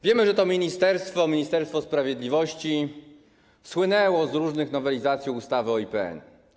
Wiemy, że to ministerstwo, Ministerstwo Sprawiedliwości, słynęło z różnych nowelizacji ustawy o IPN.